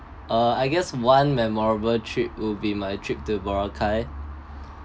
uh I guess one memorable trip will be my trip to boracay